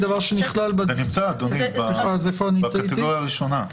זה נמצא, אדוני, בקטגוריה הראשונה.